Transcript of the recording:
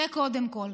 זה קודם כול.